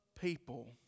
people